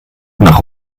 nach